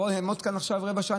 אם אעמוד כאן רבע שעה,